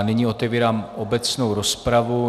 Nyní otevírám obecnou rozpravu.